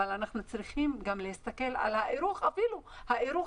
אבל אנחנו צריכים גם להסתכל על האירוח הביתי.